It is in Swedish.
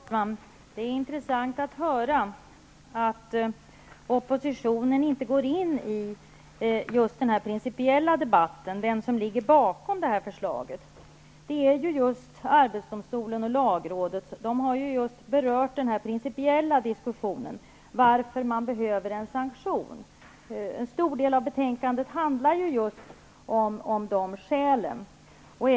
Herr talman! Det är intressant att höra att oppositionen inte går in i den principiella debatten, den som ligger bakom förslaget. Arbetsdomstolen och lagrådet har ju berört den principiella diskussionen, varför det behövs en sanktion. En stor del av betänkandet handlar just om skälen till det.